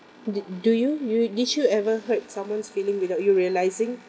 did do you you did you ever hurt someone's feeling without you realising